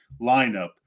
lineup